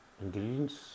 ingredients